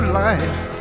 life